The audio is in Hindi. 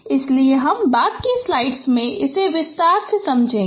इसलिए हम बाद की स्लाइड्स में विस्तार से बताएगें